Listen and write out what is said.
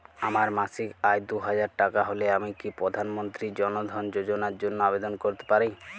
আমার মাসিক আয় দুহাজার টাকা হলে আমি কি প্রধান মন্ত্রী জন ধন যোজনার জন্য আবেদন করতে পারি?